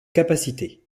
capacité